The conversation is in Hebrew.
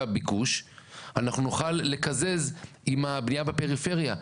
הביקוש אנחנו נוכל לקזז עם הבנייה בפריפריה.